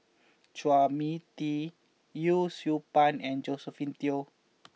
Chua Mia Tee Yee Siew Pun and Josephine Teo